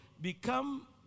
become